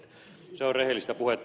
se on rehellistä puhetta